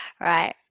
Right